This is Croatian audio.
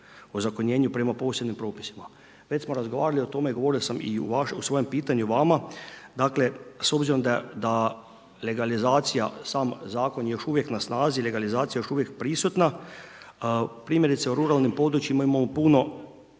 o zakonjenju prema posebnim propisima. Već smo razgovarali o tom, govorio sam i u svojem pitanju vama, dakle s obzirom da legalizacija, sam Zakon je još uvijek na snazi, legalizacija još prisutna. Primjerice u ruralnim područjima imamo puno